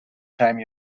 time